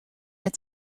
het